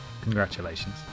Congratulations